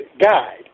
guide